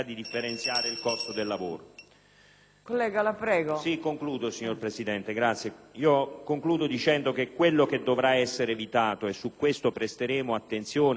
Collega, la prego